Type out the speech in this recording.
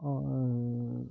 اور